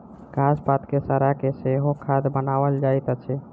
घास पात के सड़ा के सेहो खाद बनाओल जाइत अछि